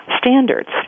standards